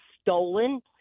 stolen